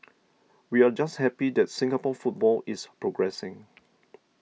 we're just happy that Singapore football is progressing